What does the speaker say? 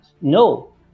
No